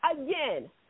Again